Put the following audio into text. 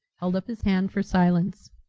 held up his hand for silence.